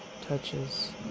touches